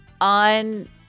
On